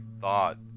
thought